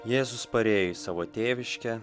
jėzus parėjo į savo tėviškę